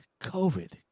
COVID